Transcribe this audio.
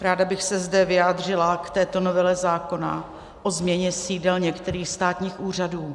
Ráda bych se zde vyjádřila k této novele zákona o změně sídel některých státních úřadů.